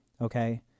okay